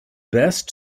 best